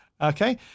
Okay